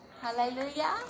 hallelujah